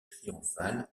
triomphal